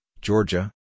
Georgia